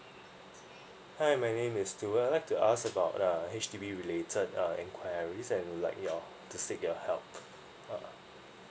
hi my name is steward I would like to ask about uh H_D_B related uh enquiries and like your to seek your help